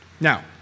Now